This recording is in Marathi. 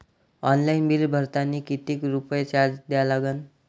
ऑनलाईन बिल भरतानी कितीक रुपये चार्ज द्या लागन?